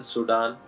Sudan